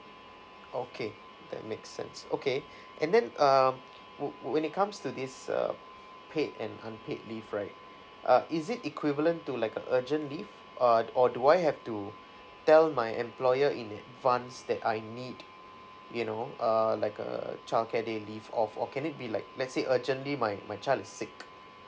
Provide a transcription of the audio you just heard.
okay that makes sense okay and then um would when it comes to this err paid and unpaid leave right err is it equivalent to like a urgent leave uh or do I have to tell my employer in advance that I need you know err like a childcare day leave or or can it be like let's say urgently my my child is sick